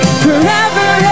forever